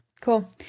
Cool